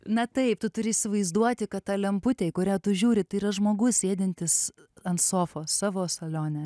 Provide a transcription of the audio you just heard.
na taip tu turi įsivaizduoti kad ta lemputė į kurią tu žiūri tai yra žmogus sėdintis ant sofos savo salone